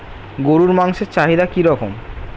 গরুর মাংসের চাহিদা কি রকম?